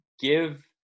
give